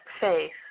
faith